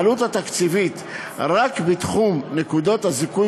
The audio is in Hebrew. העלות התקציבית רק בתחום נקודות הזיכוי